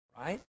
right